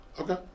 Okay